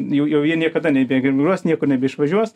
jau jau jie niekada nebeemigruos niekur nebeišvažiuos